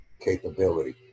capability